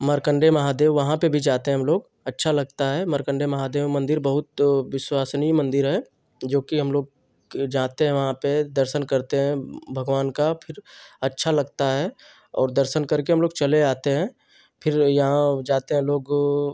मार्कण्डेय महादेव वहाँ पर भी जाते हम लोग अच्छा लगता है मार्कण्डेय महादेव मंदिर बहुत विश्वसनीय मंदिर है जो कि हम लोग जाते हैं वहाँ पर दर्शन करते हैं भगवान का फिर अच्छा लगता है और दर्शन करके हम लोग चले आते हैं फिर यहाँ जाते हैं लोग